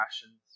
passions